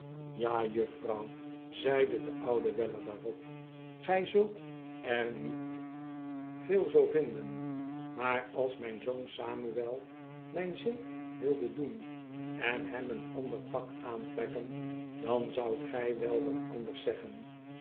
ja juffrouw zeide de oude weller daarop gij zult er niet veel zoo vinden maar als mijn zoon samuel mijn zin wilde doen en hem een ander pak aantrekken dan zoudt gij wel wat anders zeggen